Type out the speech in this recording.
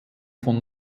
von